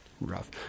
Rough